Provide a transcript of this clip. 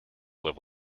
live